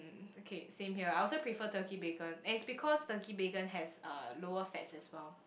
mm okay same here I also prefer Turkey bacon and it's because Turkey bacon has uh lower fats as well